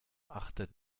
achtet